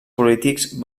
polítics